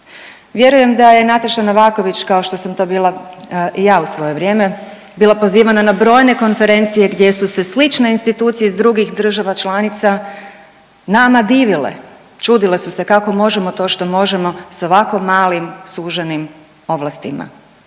Vjerujem da je Nataša Novaković, kao što sam to bila i ja u svoje vrijeme, bila pozivana na brojne konferencije gdje su se slične institucije iz drugih država članica nama divile, čudile su se kako možemo to što možemo s ovako malim suženim ovlastima